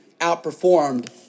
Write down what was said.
outperformed